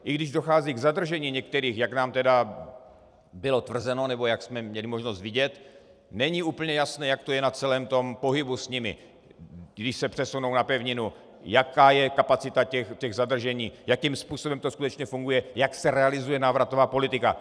I když dochází k zadržení některých, jak nám tedy bylo tvrzeno, nebo jak jsme měli možnost vidět, není úplně jasné, jak to je na celém tom pohybu s nimi, když se přesunou na pevninu, jaká je kapacita těch zadržení, jakým způsobem to skutečně funguje, jak se realizuje návratová politika.